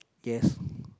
yes